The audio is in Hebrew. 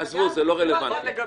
עזבו, זה לא רלוונטי.